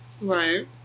Right